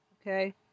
Okay